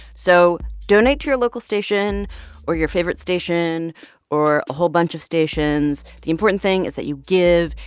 so donate to your local station or your favorite station or a whole bunch of stations. the important thing is that you give.